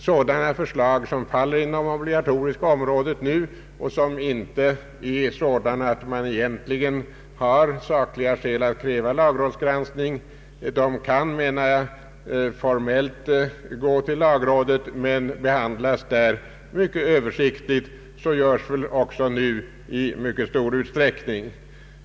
Sådana förslag som nu faller inom det obligatoriska området och som inte är sådana att man egentligen har sakliga skäl att kräva lagrådsgranskning kan, anser jag, formellt gå till lagrådet men där behandlas mycket översiktligt. Så görs väl också nu i mycket stor utsträckning.